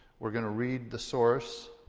we're gonna read the source,